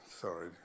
sorry